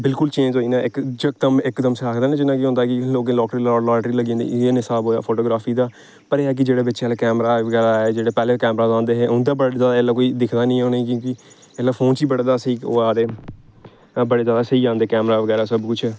बिलकुल चेंज होई ना इक यकदम इकदम से आखदे ना जियां कि एह् होंदा कि लोकें दी लाटरी लग्गी जंदी इ'यै नेहा स्हाब होएआ फोटोग्राफी दा पर एह् ऐ कि जेह्ड़ा पिच्छें आह्ले कैमरा आए जेह्ड़े पैह्ले कैमरा आंदे हे उं'दे बड़ी जैदा कि उंदे ऐल्लै कोई दिक्खदा निं उ'नेंगी कि इसलै फोन च ही बड़े जादा स्हेई ओह् आ दे बड़े जैदा स्हेई आंदे कैमरे बगैरा सब कुछ